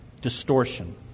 distortion